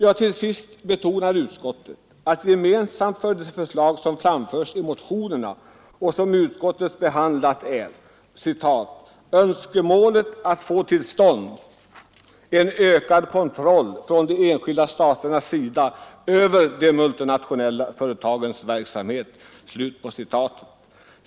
Utskottet beronar att gemensamt för de förslag som framförs i motionerna och som utskottet behandlat är ”önskemålet att få till stånd en ökad kontroll från de enskilda staternas sida över de multinationella företagens verksamhet”.